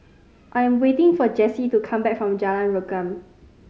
I am waiting for Jessi to come back from Jalan Rukam